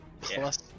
Plus